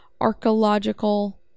archaeological